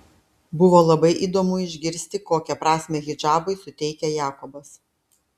buvo labai įdomu išgirsti kokią prasmę hidžabui suteikia jakobas